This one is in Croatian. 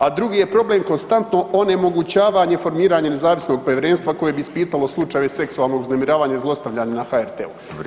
A drugi je problem konstantno onemogućavanje formiranja nezavisnog povjerenstva koje bi ispitalo slučajeve seksualnog uznemiravanja i zlostavljanja na HRT-u.